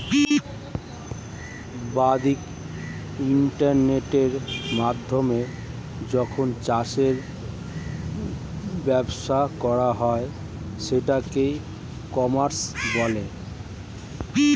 বাদ্দিক ইন্টারনেটের মাধ্যমে যখন চাষের ব্যবসা করা হয় সেটাকে ই কমার্স বলে